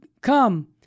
come